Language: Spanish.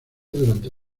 durante